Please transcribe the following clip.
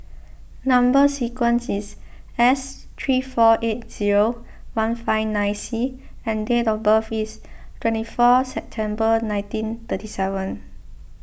Number Sequence is S three four eight zero one five nine C and date of birth is twenty four September nineteen thirty seven